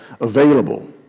available